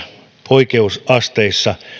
oikeusasteissa